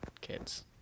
kids